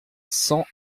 cent